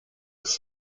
des